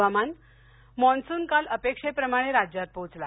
हवामान मान्सून काल अपेक्षेप्रमाणे राज्यात पोहोचला